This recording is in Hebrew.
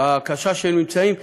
הקשה שהם נמצאים בה,